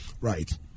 right